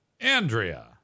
Andrea